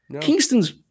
Kingston's –